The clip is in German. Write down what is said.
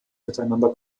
miteinander